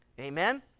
Amen